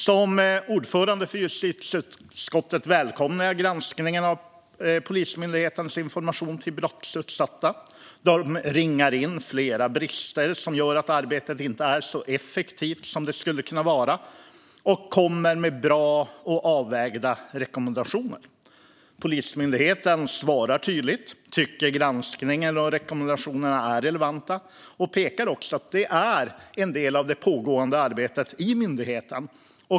Som ordförande i justitieutskottet välkomnar jag granskningen av Polismyndighetens information till brottsutsatta. Man ringar in flera brister som gör att arbetet inte är så effektivt som det skulle kunna vara och lägger fram bra och avvägda rekommendationer. Polismyndigheten svarar tydligt och tycker att rekommendationerna är relevanta samt pekar på att de är en del av det pågående arbetet i myndigheten.